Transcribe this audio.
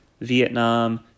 Vietnam